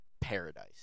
paradise